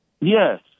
Yes